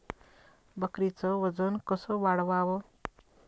बकरीचं वजन कस वाढवाव?